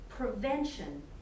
prevention